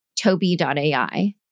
toby.ai